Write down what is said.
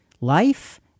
Life